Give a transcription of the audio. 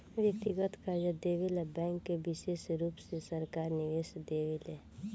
व्यक्तिगत कर्जा देवे ला बैंक के विशेष रुप से सरकार निर्देश देवे ले